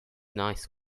nice